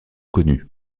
connue